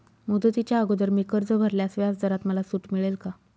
मुदतीच्या अगोदर मी कर्ज भरल्यास व्याजदरात मला सूट मिळेल का?